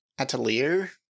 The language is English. Atelier